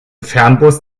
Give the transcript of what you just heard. fernbus